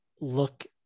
look